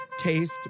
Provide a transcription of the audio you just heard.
taste